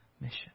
mission